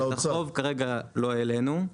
את החוב כרגע לא העלינו.